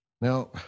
Now